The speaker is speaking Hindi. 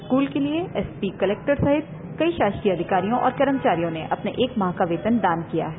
स्कूल के लिए कलेक्टर एसपी सहित शासकीय अधिकारियों र्मचारियों ने अपना एक माह का वेतन दान किया है